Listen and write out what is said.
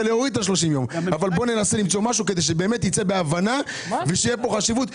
אבל בואו ננסה למצוא משהו כדי שבאמת נצא בהבנה ושתהיה פה חשיבות,